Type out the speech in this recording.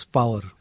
power